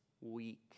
weak